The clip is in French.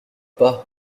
pas